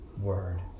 word